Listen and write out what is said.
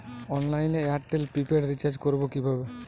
অনলাইনে এয়ারটেলে prepaid recharge করবো কিভাবে?